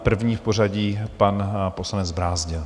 První v pořadí pan poslanec Brázdil.